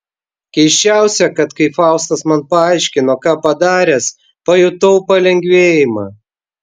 keisčiausia kad kai faustas man paaiškino ką padaręs pajutau palengvėjimą